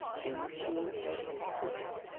do you see those packages?